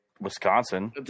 Wisconsin